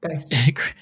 Thanks